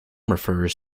refers